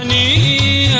ah e